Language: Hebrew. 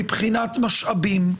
מבחינת משאבים,